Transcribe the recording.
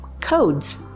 codes